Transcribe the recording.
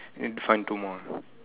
need find two more